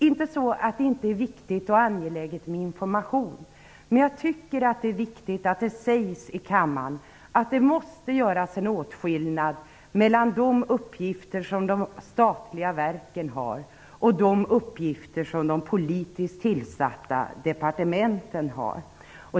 Inte för att det inte är viktigt och angeläget med information, men jag tycker att det är viktigt att det sägs i kammaren att det måste göras en åtskillnad mellan de uppgifter som de statliga verken har och de uppgifter som de politiskt tillsatta departementen har.